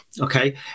Okay